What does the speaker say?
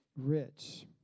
rich